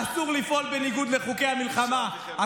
אסור לפעול בניגוד לחוקי המלחמה.